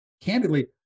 candidly